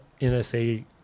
NSA